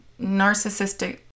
narcissistic